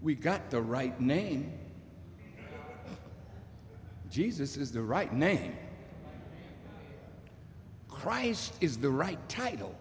we've got the right name jesus is the right name christ is the right title